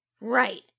right